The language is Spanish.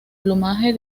plumaje